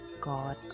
god